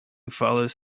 follows